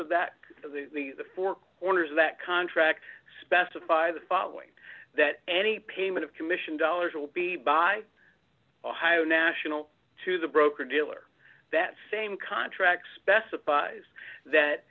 of that the four corners of that contract specify the following that any payment of commission dollars will be by ohio national to the broker dealer that same contract specifies that